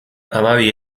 hamabi